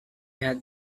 had